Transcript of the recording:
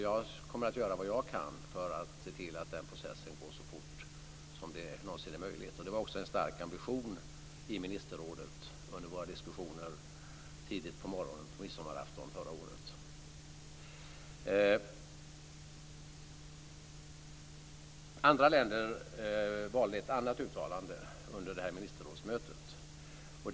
Jag kommer att göra vad jag kan för att se till att den processen går så fort som det någonsin är möjligt. Det var också en stark ambition i ministerrådet under våra diskussioner tidigt på morgonen på midsommarafton förra året. Andra länder valde att göra ett annat uttalande under ministerrådsmötet.